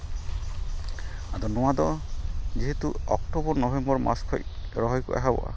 ᱟᱫᱚ ᱱᱚᱣᱟ ᱫᱚ ᱡᱮᱦᱮᱛᱩ ᱚᱠᱴᱳᱵᱚᱨ ᱱᱚᱵᱷᱮᱢᱵᱚᱨ ᱢᱟᱥ ᱠᱷᱚᱡ ᱨᱚᱦᱚᱭ ᱠᱚ ᱮᱦᱚᱵᱚᱜᱼᱟ